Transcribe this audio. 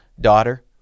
daughter